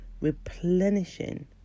replenishing